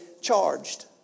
charged